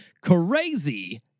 crazy